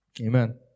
Amen